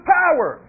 power